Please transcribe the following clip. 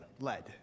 lead